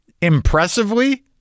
Impressively